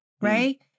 right